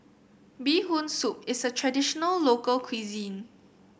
Bee Hoon Soup is a traditional local cuisine